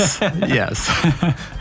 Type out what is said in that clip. yes